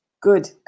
Good